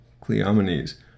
Cleomenes